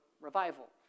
revival